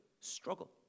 struggle